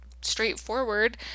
straightforward